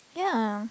ya